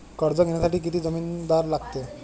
कर्ज घेण्यासाठी किती जामिनदार लागतील?